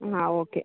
ಹಾಂ ಓಕೆ